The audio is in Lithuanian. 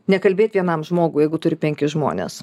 nekalbėt vienam žmogui jeigu turi penkis žmones